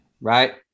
right